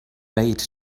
wait